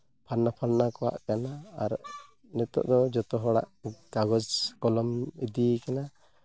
ᱯᱷᱟᱨᱱᱟᱯᱷᱟᱨᱱᱟ ᱠᱚᱣᱟᱜ ᱠᱟᱱᱟ ᱟᱨ ᱱᱤᱛᱚᱜ ᱫᱚ ᱡᱚᱛᱚ ᱦᱚᱲᱟᱜ ᱠᱟᱜᱚᱡᱽ ᱠᱚᱞᱚᱢ ᱤᱫᱤᱭ ᱠᱟᱱᱟ